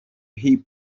hip